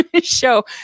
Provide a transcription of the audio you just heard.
show